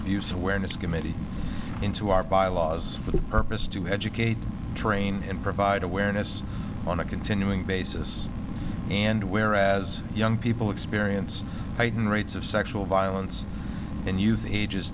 abuse awareness committee into our bylaws for the purpose to educate train and provide awareness on a continuing basis and whereas young people experience heightened rates of sexual violence in youth ages